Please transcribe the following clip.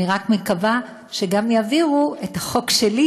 אני רק מקווה שגם יעבירו את החוק שלי,